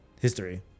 history